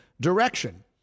direction